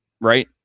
right